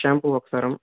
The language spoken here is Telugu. షాంపూ ఒక సరం